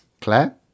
Claire